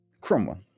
Cromwell